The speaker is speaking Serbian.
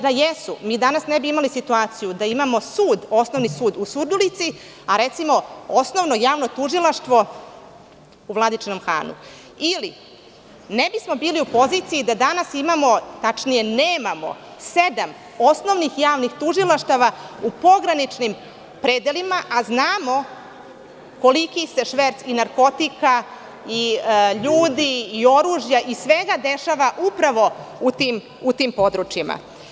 Da jesu, mi danas ne bismo imali situaciju da imamo Osnovni sud u Surdulici, a recimo Osnovno javno tužilaštvo u Vladičinom Hanu ili ne bismo bili u poziciji da danas imamo, tačnije nemamo sedam osnovnih javnih tužilaštava u pograničnim predelima, a znamo koliki se šverc narkotika, ljudi i oružja i svega dešava upravo u tim područjima.